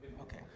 Okay